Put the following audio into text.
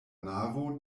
navo